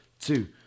two